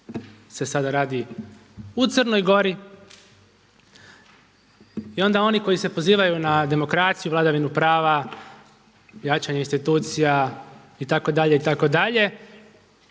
se sada radi u Crnoj Gori i onda oni koji se pozivaju na demokraciju, vladavinu prava, jačanje institucija itd., itd.